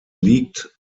liegt